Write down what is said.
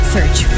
Search